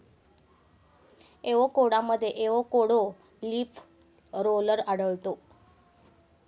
एवोकॅडोमध्ये avocado leaf roller आढळतो